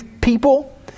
people